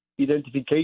identification